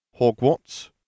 Hogwarts